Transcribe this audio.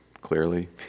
clearly